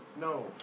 No